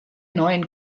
neuen